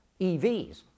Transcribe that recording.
EVs